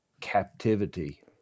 captivity